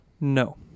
No